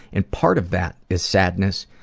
and part of that is sadness,